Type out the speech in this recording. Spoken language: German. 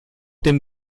dem